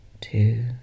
two